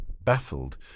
Baffled